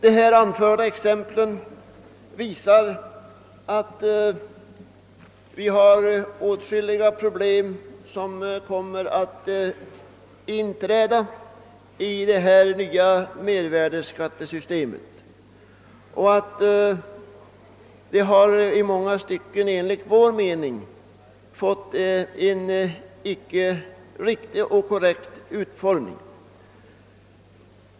De här anförda exemplen visar att åtskilliga problem kommer att uppstå i och med detta nya mervärdeskattesystem, som i många stycken enligt vår mening har fått en utformning som icke är helt korrekt.